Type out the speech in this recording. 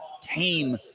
tame